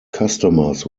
customers